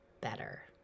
better